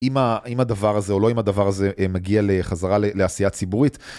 אם הדבר הזה או לא אם הדבר הזה מגיע חזרה לעשייה ציבורית.